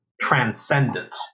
transcendent